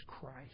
Christ